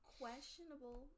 questionable